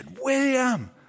William